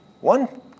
One